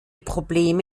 probleme